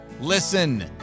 Listen